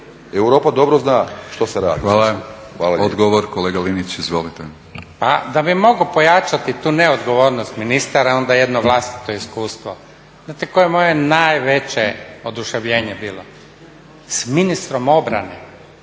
Milorad (HNS)** Hvala. Odgovor, kolega Linić, izvolite. **Linić, Slavko (Nezavisni)** Da bih mogao pojačati tu neodgovornost ministara, onda jedno vlastito iskustvo. Znate koje je moje najveće oduševljenje bilo? S ministrom obrane.